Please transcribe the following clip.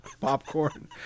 Popcorn